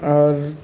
আর